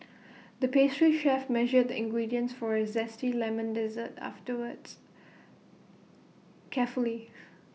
the pastry chef measured the ingredients for A Zesty Lemon Dessert afterwards carefully